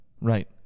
Right